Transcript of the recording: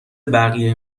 بقیه